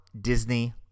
Disney